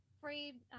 free